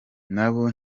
nabo